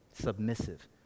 submissive